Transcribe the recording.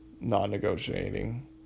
non-negotiating